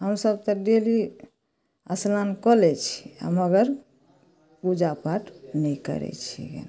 हमसभ तऽ डेली स्नान कऽ लै छी आ मगर पूजा पाठ नहि करै छी गेन